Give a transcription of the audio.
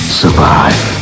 survive